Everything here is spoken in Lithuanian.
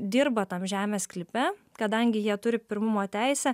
dirba tam žemės sklype kadangi jie turi pirmumo teisę